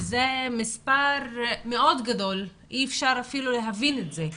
זה מספר מאוד גדול, אי אפשר אפילו להבין את זה.